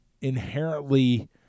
inherently